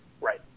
Right